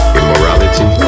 immorality